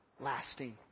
lasting